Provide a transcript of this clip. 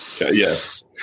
Yes